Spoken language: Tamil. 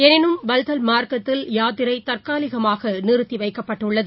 எனினும் பல்த்தல் மாா்க்கத்தில் யாத்திரைதற்காலிகமாகநிறுத்திவைக்கப்பட்டுள்ளது